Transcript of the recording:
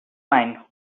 mind